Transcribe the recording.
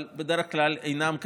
אבל בדרך כלל הם אינם כאלה,